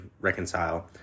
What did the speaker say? reconcile